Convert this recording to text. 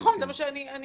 נכון, זה מה שהצעתי.